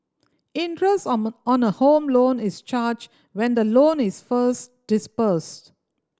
interest on on a Home Loan is charged when the loan is first disbursed